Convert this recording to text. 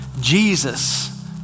Jesus